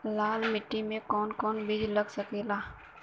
लाल मिट्टी में कौन कौन बीज लग सकेला?